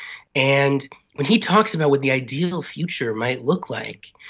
and when he talks about what the ideal future might look like,